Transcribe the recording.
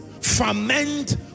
ferment